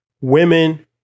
Women